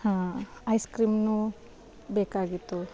ಹಾಂ ಐಸ್ ಕ್ರೀಂನು ಬೇಕಾಗಿತ್ತು